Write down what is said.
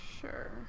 sure